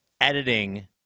editing